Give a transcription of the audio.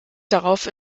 darauf